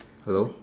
hello